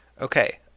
Okay